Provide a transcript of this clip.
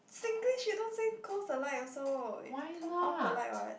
Singlish you don't say closed the lights also it's turned off the light [what]